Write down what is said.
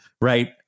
right